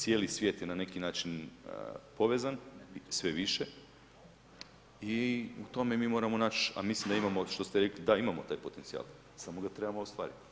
Cijeli svijet je na neki način povezan sve više i u tome mi moramo naći, a mislim da imamo što ste rekli, da imamo taj potencijal, samo ga trebamo ostvariti.